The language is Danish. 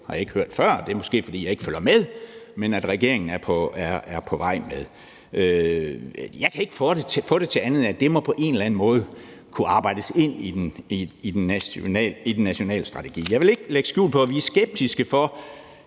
har jeg ikke hørt før – det er måske, fordi jeg ikke følger med – regeringen er på vej med. Jeg kan ikke få det til andet, end at det på en eller anden måde må kunne arbejdes ind i den nationale strategi. Jeg vil ikke lægge skjul på, at vi er skeptiske over